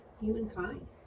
humankind